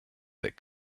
that